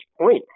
point